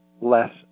less